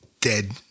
dead